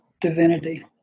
divinity